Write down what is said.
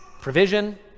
Provision